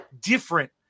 different